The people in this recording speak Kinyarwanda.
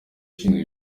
ushinzwe